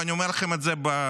ואני אומר לכם את זה מידיעה.